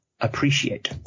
appreciate